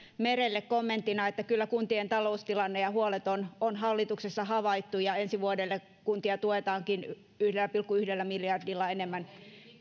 merelle kommenttina että kyllä kuntien taloustilanne ja huolet on on hallituksessa havaittu ja ensi vuonna kuntia tuetaankin yhdellä pilkku yhdellä miljardilla enemmän